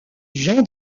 jean